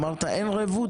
אמרת, אין רבותא.